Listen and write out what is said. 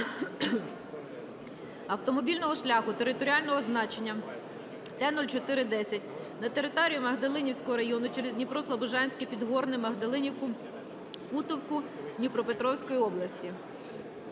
автомобільного шляху територіального значення Т-0410 на території Магдалинівського району через Дніпро-Слобожанське-Підгорне-Магдалинівку-Котовку Дніпропетровської області.